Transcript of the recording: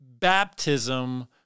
Baptism